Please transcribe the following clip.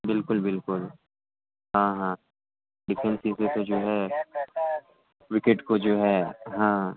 بالکل بالکل ہاں ہاں تو جو ہے وکٹ کو جو ہے ہاں